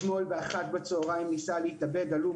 אתמול ב-13:00 בצוהריים ניסה להתאבד הלום